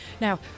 Now